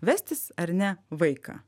vestis ar ne vaiką